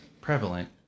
prevalent